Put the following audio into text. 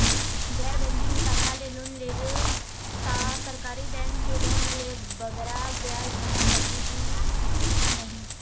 गैर बैंकिंग शाखा ले लोन लेबो ता सरकारी बैंक के लोन ले बगरा ब्याज देना पड़ही ही कि नहीं?